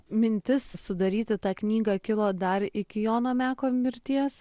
mintis sudaryti tą knygą kilo dar iki jono meko mirties